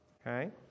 Okay